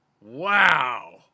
Wow